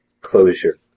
closure